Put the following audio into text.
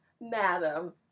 madam